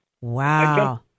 Wow